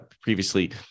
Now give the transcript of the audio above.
previously